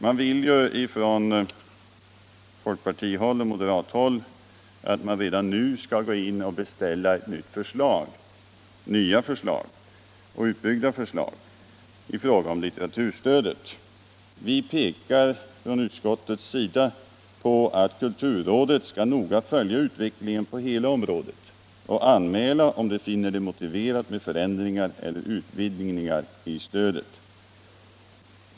Man vill från folkpartihåll och moderathåll att riksdagen redan nu skall beställa nya och utbyggda förslag i fråga om kulturstödet. Vi pekar från utskottets sida på att kulturrådet noga skall följa utvecklingen på hela området och anmäla om rådet finner det motiverat med förändringar eller utvidgningar i stödet.